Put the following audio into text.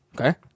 Okay